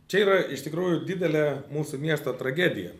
čia yra iš tikrųjų didelė mūsų miesto tragedija